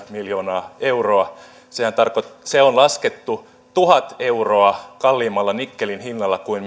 miljoonaa euroa se on laskettu tuhat euroa kalliimmalla nikkelin hinnalla kuin